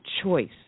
choice